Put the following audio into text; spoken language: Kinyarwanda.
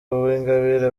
uwingabire